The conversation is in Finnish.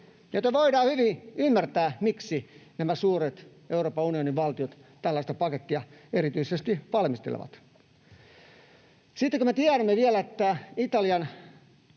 joten voidaan hyvin ymmärtää, miksi nämä suuret Euroopan unionin valtiot tällaista pakettia erityisesti valmistelevat. Kun me tiedämme vielä, että Italian